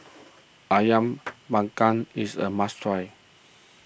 Ayam Panggang is a must try